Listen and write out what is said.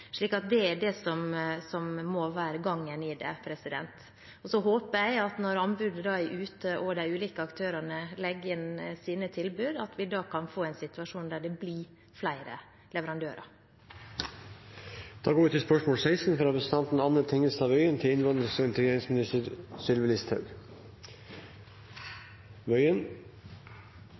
Det er det som må være gangen i det. Så håper jeg, når anbudet er ute og de ulike aktørene legger inn sine tilbud, at vi kan få en situasjon der det er flere leverandører. «Kommunene har lyttet til statens bønn om å ta imot flere enslige mindreårige og